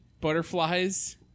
Butterflies